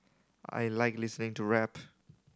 I like listening to rap